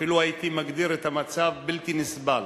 ואפילו הייתי מגדיר את המצב בלתי נסבל.